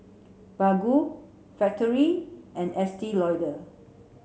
Baggu Factorie and Estee Lauder